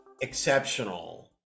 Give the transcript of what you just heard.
exceptional